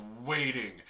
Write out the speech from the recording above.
waiting